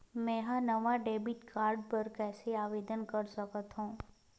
मेंहा नवा debit card बर कैसे आवेदन कर सकथव?